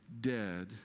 Dead